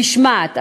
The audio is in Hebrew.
(משמעת),